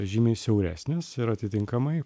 žymiai siauresnis ir atitinkamai